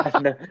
no